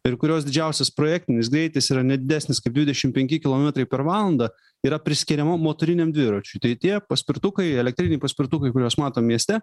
ir kurios didžiausias projektinis greitis yra ne didesnis kaip dvidešim penki kilometrai per valandą yra priskiriama motoriniam dviračiui tai tie paspirtukai elektriniai paspirtukai kuriuos matom mieste